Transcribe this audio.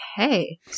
Okay